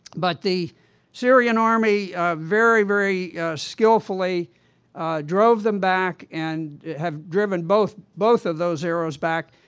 but the syrian army very, very skillfully drove them back, and have driven both both of those arrows back,